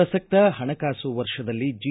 ಪ್ರಸಕ್ತ ಪಣಕಾಸು ವರ್ಷದಲ್ಲಿ ಜಿ